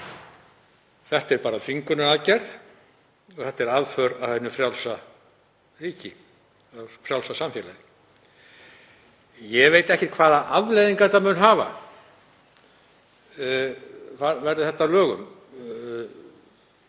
Þetta er þvingunaraðgerð. Þetta er aðför að hinu frjálsa ríki, frjálsa samfélagi. Ég veit ekkert hvaða afleiðingar þetta mun hafa, verði málið að lögum.